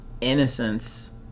innocence